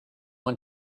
want